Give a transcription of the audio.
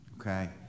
Okay